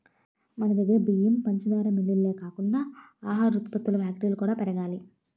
మనదగ్గర బియ్యం, పంచదార మిల్లులే కాకుండా ఆహార ఉత్పత్తుల ఫ్యాక్టరీలు కూడా పెరగాలి